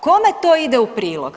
Kome to ide u prilog?